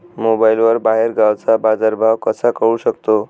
मोबाईलवर बाहेरगावचा बाजारभाव कसा कळू शकतो?